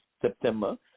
September